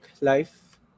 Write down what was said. life